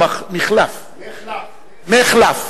מֶחלף, מֶחדל,